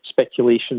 speculation